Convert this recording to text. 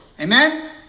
Amen